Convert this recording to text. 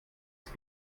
ist